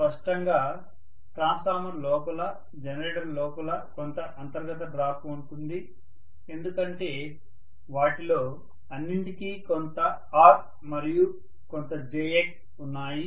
స్పష్టంగా ట్రాన్స్ఫార్మర్ లోపల జనరేటర్ లోపల కొంత అంతర్గత డ్రాప్ ఉంటుంది ఎందుకంటే వాటిలో అన్నింటికీ కొంత R మరియు కొంత jX ఉన్నాయి